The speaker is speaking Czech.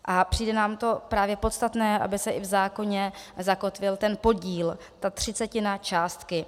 A přijde nám to právě podstatné, aby se i v zákoně zakotvil ten podíl, ta třicetina částky.